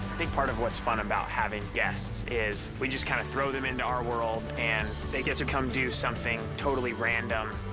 think part of what's fun about having guests is we just kind of throw them into our world, and they get to come do something totally random.